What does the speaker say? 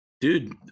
dude